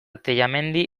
tellamendi